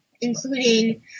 including